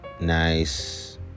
nice